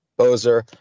bozer